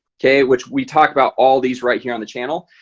okay which we talked about all these right here on the channel,